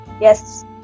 yes